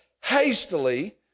hastily